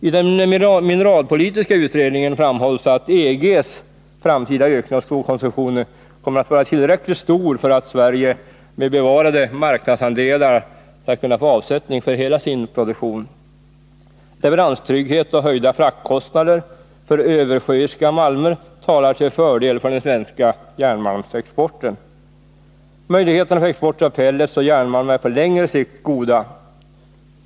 I den mineralpolitiska utredningen framhålls att EG:s framtida ökning av stålkonsumtionen kommer att vara tillräckligt stor för att Sverige med bevarade marknadsandelar skall kunna få avsättning för hela sin produktion. Leveranstrygghet och höjda fraktkostnader för översjöiska malmer talar till fördel för den svenska järnmalmsexporten. Möjligheterna för export av pellets och järnmalm är på längre sikt goda.